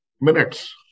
minutes